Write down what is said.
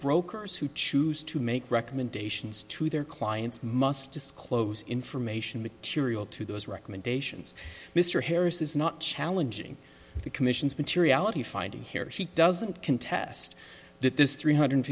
brokers who choose to make recommendations to their clients must disclose information material to those recommendations mr harris is not challenging the commission's materiality finding here she doesn't contest that this three hundred